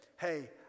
hey